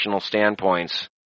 standpoints